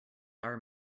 are